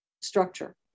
structure